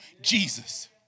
Jesus